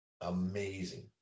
amazing